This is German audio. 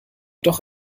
doch